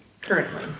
currently